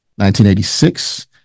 1986